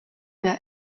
der